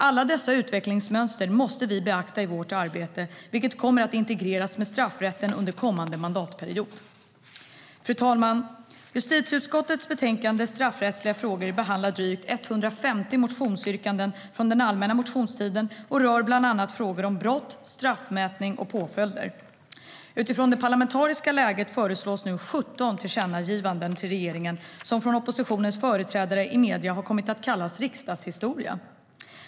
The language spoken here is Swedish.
Alla dessa utvecklingsmönster måste vi beakta i vårt arbete, vilket kommer att integreras med straffrätten under kommande mandatperiod. Fru talman! Justitieutskottets betänkande Straffrättsliga frågor behandlar drygt 150 motionsyrkanden från den allmänna motionstiden och rör bland annat frågor om brott, straffmätning och påföljder. Utifrån det parlamentariska läget föreslås nu 17 tillkännagivanden till regeringen, vilket av oppositionens företrädare i medierna har kommit att kallas riksdagshistoria.